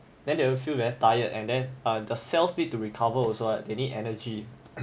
then they will feel very tired and then err the cells need to recover also right they need energy